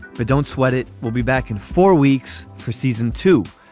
but don't sweat it. we'll be back in four weeks for season two.